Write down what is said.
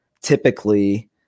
typically